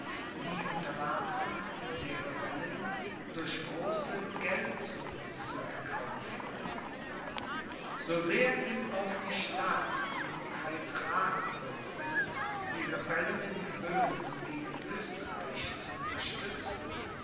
die unterwerfung der rebellen durch große geldsummen zu erkaufen so sehr ihm auch die staatsklugheit rathen mochte die rebellen in böhmen gegen oesterreich zu unterstützen